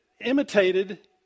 imitated